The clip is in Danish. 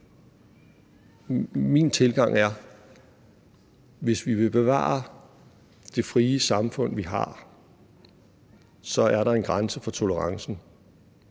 min tilgang er, at hvis vi vil bevare det frie samfund, vi har, er der en grænse for tolerancen.